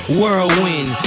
Whirlwind